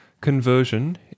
Conversion